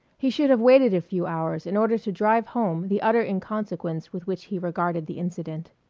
he should have waited a few hours in order to drive home the utter inconsequence with which he regarded the incident.